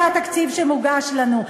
זה התקציב שמוגש לנו.